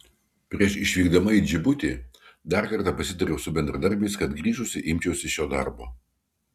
prieš išvykdama į džibutį dar kartą pasitariau su bendradarbiais kad grįžusi imčiausi šio darbo